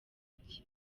iki